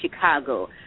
Chicago